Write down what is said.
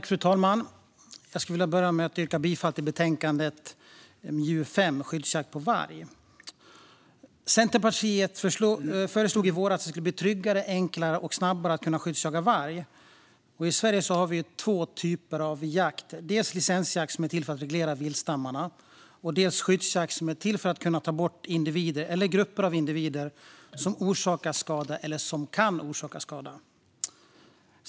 Fru talman! Jag vill börja med att yrka bifall till utskottets förslag i betänkandet 2020/21:MJU5 Skyddsjakt på varg . Centerpartiet föreslog i våras att det skulle bli tryggare, enklare och snabbare att kunna skyddsjaga varg. I Sverige har vi två typer av jakt, dels licensjakt som är till för att reglera viltstammarna, dels skyddsjakt som är till för att kunna ta bort individer eller grupper av individer som orsakar skada eller som kan orsaka skada.